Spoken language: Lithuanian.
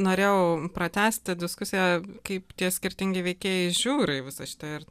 norėjau pratęsti diskusiją kaip tie skirtingi veikėjai žiūri į visa šita ir